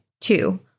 Two